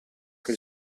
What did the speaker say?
che